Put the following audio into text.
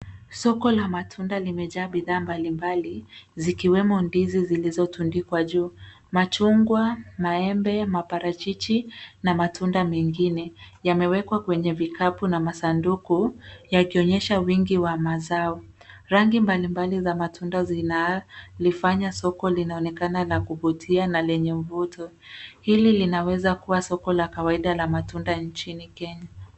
Soko la matunda limejaa bidhaa mbalimbali zikiwemo ndizi zilizotundikwa juu, machungwa, maembe, maparachichi na matunda mengine. Yamewekwa kwenye vikapu na masanduku yakionyesha wingi wa mazao. Rangi mbalimbali za matunda zinalifanya soko linaonekana la kuvutia na lenye mvuto. Hili linaweza kuwa soko la kawaida la matunda nchini Kenya.